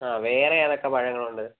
ആ വേറെ ഏതൊക്കെ പഴങ്ങൾ ഉണ്ട്